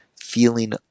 feeling